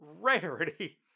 rarity